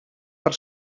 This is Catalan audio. per